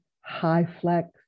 high-flex